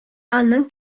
аның